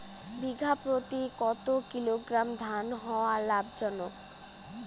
বিঘা প্রতি কতো কিলোগ্রাম ধান হওয়া লাভজনক?